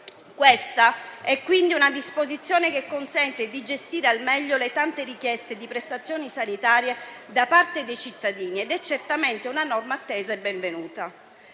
Questa disposizione consente quindi di gestire al meglio le tante richieste di prestazioni sanitarie da parte dei cittadini ed è certamente una norma attesa e benvenuta,